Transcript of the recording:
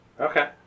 Okay